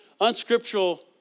unscriptural